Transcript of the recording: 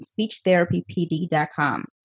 SpeechTherapyPD.com